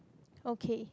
okay